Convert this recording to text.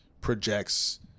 projects